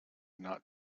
not